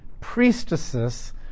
priestesses